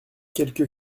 quelque